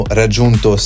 raggiunto